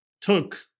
took